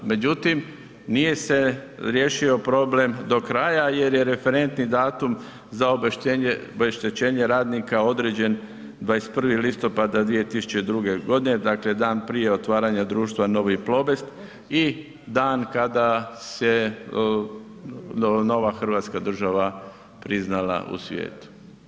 Međutim, nije se riješio problem do kraja jer je referentni datum za obeštećenje radnika određen 21. listopada 2002.g., dakle dan prije otvaranja društva Novi Plobest i dan kada se nova hrvatska država priznala u svijetu.